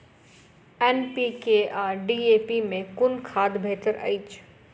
NPK आ DAP मे कुन खाद बेहतर अछि?